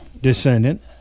descendant